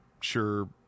sure